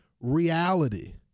reality